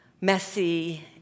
messy